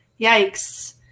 Yikes